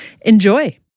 Enjoy